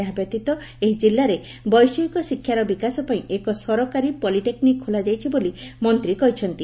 ଏହାବ୍ୟତୀତ ଏହି ଜିଲ୍ଲାରେ ବୈଷୟିକ ଶିକ୍ଷାର ବିକାଶ ପାଇଁ ଏକ ସରକାରୀ ପଲିଟେକ୍ନିକ୍ ଖୋଲା ଯାଇଛି ବୋଲି ମନ୍ତୀ କହିଛନ୍ତି